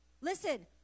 listen